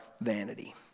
vanity